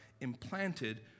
implanted